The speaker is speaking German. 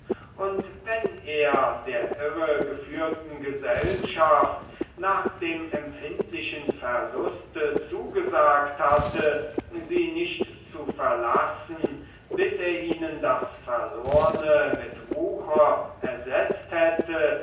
und wenn er der irregeführten gesellschaft nach dem empfindlichen verluste zugesagt hatte sie nicht zu verlassen bis er ihnen das verlorne mit wucher ersetzt hätte